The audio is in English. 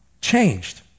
changed